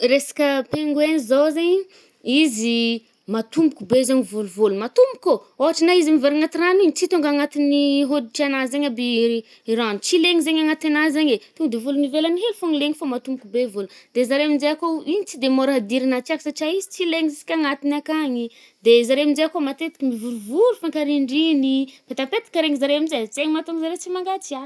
Resika penguin zao zaigny, izy matomboko be zagny volovolony matombokô. Ôhatrany oe izy mivôny agnaty rano iny, tsy tônga agnatin’ny hôditry anazy aby I rano. Tsy legny zaigny agnatin’azy zaigny e. to de vologny ivelany hely fôgno legny fô matomboko be vôlogny. De zare aminje akôo, igny tsy de môra idiran’ny hatsiàka satrià izy tsy legny zisk’agnatiny akagny. De zare aminje koa matetiky mivorivory fônkarindrigny ih, mipetapetaka regny zare aminje-zaigny matônga anjare tsy mangatsiàka.